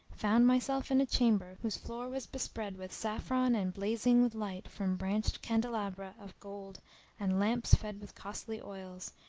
found myself in a chamber whose floor was bespread with saffron and blazing with light from branched candelabra of gold and lamps fed with costly oils,